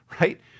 right